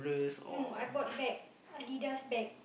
no I bought bag Adidas bag